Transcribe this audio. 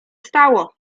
stało